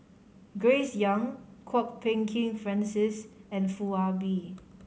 Grace Young Kwok Peng Kin Francis and Foo Ah Bee